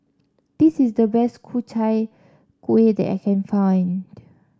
this is the best Ku Chai Kuih that I can find